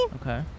Okay